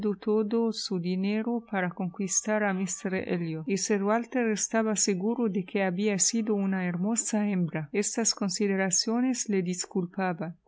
su dinero para conquistar a míster elliot y sir walter estaba seguro de que había sido una hermosa hembra estas consideraciones le disculpaban